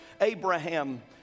Abraham